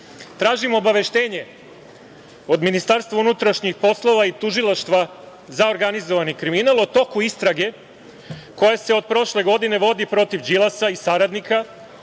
obaveštenje od Ministarstva unutrašnjih poslova i Tužilaštva za organizovani kriminal o toku istrage koja se od prošle godine vodi protiv Đilasa i saradnika